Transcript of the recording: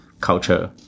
culture